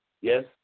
Yes